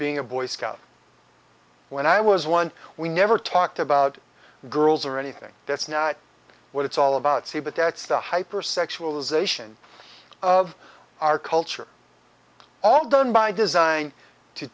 being a boy scout when i was one we never talked about girls or anything that's not what it's all about see but that's the hyper sexual ization of our culture all done by design to